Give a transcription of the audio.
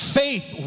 faith